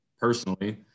personally